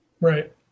Right